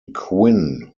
quinn